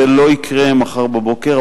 זה לא יקרה מחר בבוקר.